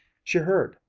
she heard,